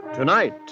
Tonight